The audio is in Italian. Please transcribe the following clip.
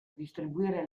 distribuire